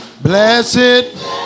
Blessed